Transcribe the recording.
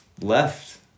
left